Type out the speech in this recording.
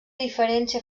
diferència